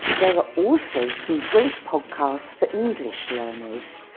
there are also some great podcasts for english learners.